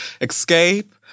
Escape